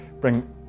bring